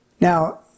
Now